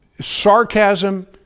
Sarcasm